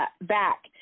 back